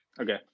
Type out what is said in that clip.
Okay